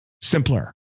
simpler